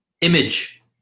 image